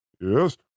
Yes